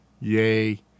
yay